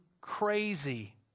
crazy